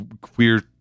queer